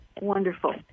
Wonderful